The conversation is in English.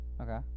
okay